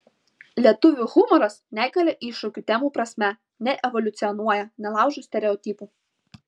lietuvių humoras nekelia iššūkių temų prasme neevoliucionuoja nelaužo stereotipų